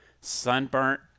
sunburnt